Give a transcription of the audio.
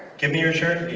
give me your shirt? you